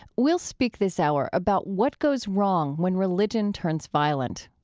we'll speak this hour about what goes wrong when religion turns violent.